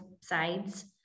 sides